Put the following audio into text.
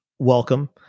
welcome